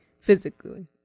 physically